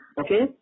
okay